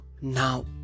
now